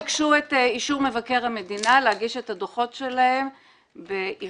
הן ביקשו את אישור מבקר המדינה להגיש את הדוחות שלהן באיחור,